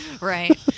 Right